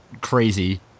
crazy